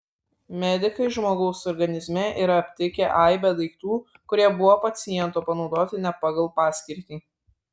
medikai žmogaus organizme yra aptikę aibę daiktų kurie buvo paciento panaudoti ne pagal paskirtį